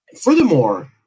Furthermore